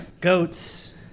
Goats